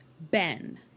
Ben